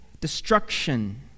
destruction